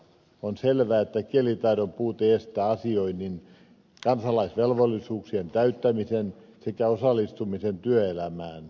on selvää että kielitaidon puute estää asioinnin kansalaisvelvollisuuksien täyttämisen sekä osallistumisen työelämään